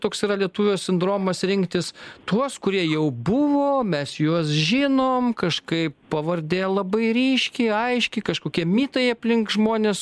toks yra lietuvio sindromas rinktis tuos kurie jau buvo mes juos žinom kažkaip pavardė labai ryškiai aiškiai kažkokie mitai aplink žmones